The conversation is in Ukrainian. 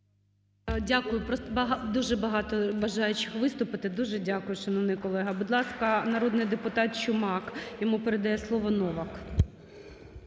Просто дуже багато бажаючих виступити. Дуже дякую, шановний колега. Будь ласка, народний депутат Чумак, йому передає слово Новак.